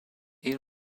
air